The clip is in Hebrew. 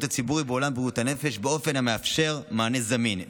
הציבורי בעולם בריאות הנפש באופן המאפשר מענה זמין,